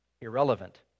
irrelevant